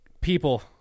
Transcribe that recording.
People